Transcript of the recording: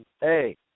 hey